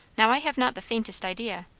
now i have not the faintest idea.